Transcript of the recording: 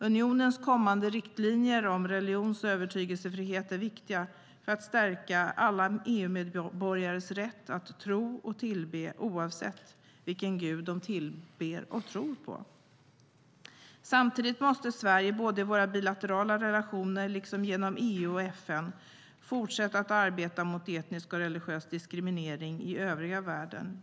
Unionens kommande riktlinjer om religions och övertygelsefrihet är viktiga för att stärka alla EU-medborgares rätt att tro och tillbe, oavsett vilken gud de tillber och tror på. Samtidigt måste Sverige, både i våra bilaterala relationer och genom EU och FN, fortsätta att arbeta mot etnisk och religiös diskriminering i övriga världen.